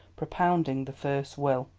propounding the first will.